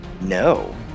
No